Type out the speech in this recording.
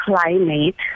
climate